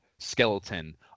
skeleton